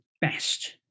best